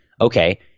okay